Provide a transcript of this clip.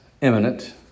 imminent